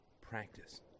practice